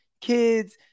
kids